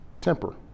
temper